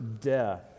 death